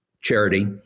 charity